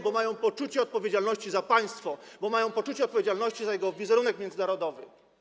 Bo mają poczucie odpowiedzialności za państwo, bo mają poczucie odpowiedzialności za jego wizerunek międzynarodowy.